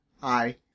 hi